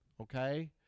okay